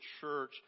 church